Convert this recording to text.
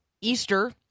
Easter